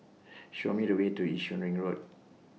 Show Me The Way to Yishun Ring Road